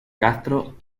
castro